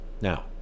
Now